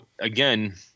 again